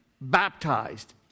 baptized